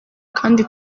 kandi